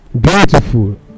beautiful